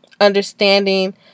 understanding